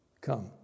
Come